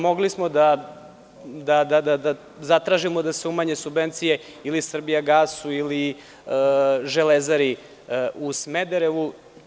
Mogli smo da zatražimo da se umanje subvencije ili „Srbijagasu“ ili „Železari“ u Smederevu.